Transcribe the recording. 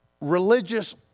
religious